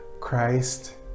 Christ